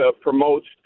promotes